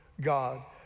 God